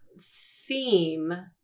theme